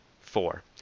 Four